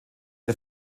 der